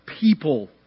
people